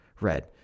red